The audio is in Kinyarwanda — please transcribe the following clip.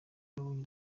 yabonye